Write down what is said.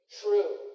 true